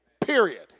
Period